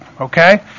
okay